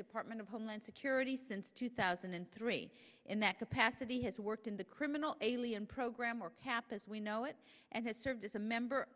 department of homeland security since two thousand and three in that capacity has worked in the criminal alien program or cap as we know it and has served as a member